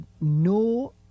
No